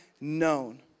known